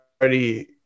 already